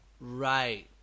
Right